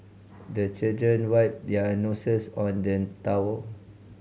the children wipe their noses on the towel